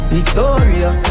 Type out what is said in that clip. Victoria